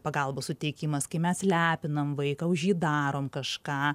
pagalbos suteikimas kai mes lepinam vaiką už jį darom kažką